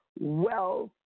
wealth